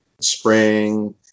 spring